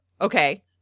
Okay